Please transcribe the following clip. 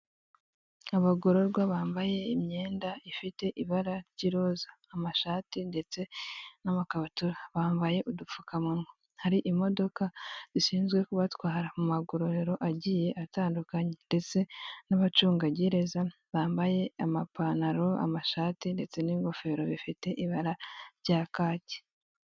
Abagororwa bambaye imyenda ifite ibara ry'iroza, amashati ndetse n'amakabutura, bambaye udupfukamuwa. Hari imodoka zishinzwe kubatwara mu magororero agiye atandukanye ndetse n'abacungagereza bambaye amapantaro, amashati ndetse n'ingofero bifite ibara rya kaki.